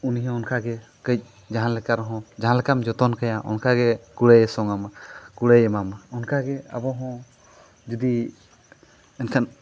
ᱩᱱᱤ ᱦᱚᱸ ᱚᱱᱠᱟᱜᱮ ᱠᱟᱹᱡ ᱡᱟᱦᱟᱸ ᱞᱮᱠᱟ ᱨᱮᱦᱚᱸ ᱡᱟᱦᱟᱸ ᱞᱮᱠᱟᱢ ᱡᱚᱛᱚᱱ ᱠᱟᱭᱟ ᱚᱱᱠᱟᱜᱮ ᱠᱩᱲᱟᱹᱭᱮ ᱥᱚᱝ ᱟᱢᱟ ᱠᱩᱲᱟᱹᱭᱮ ᱮᱢᱟᱢᱟ ᱚᱱᱠᱟᱜᱮ ᱟᱵᱚ ᱦᱚᱸ ᱡᱩᱫᱤ ᱮᱱᱠᱷᱟᱱ